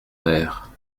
père